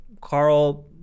Carl